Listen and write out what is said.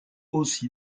aussi